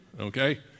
Okay